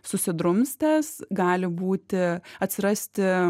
susidrumstęs gali būti atsirasti